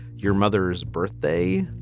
your mother's birthday?